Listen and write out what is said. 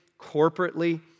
corporately